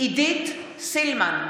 עידית סילמן,